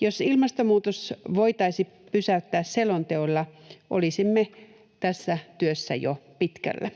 Jos ilmastonmuutos voitaisiin pysäyttää selonteoilla, olisimme tässä työssä jo pitkällä.